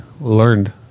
learned